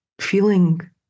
feeling